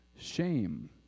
shame